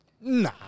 Nah